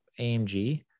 AMG